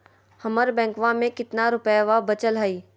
हमर बैंकवा में कितना रूपयवा बचल हई?